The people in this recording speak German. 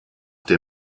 der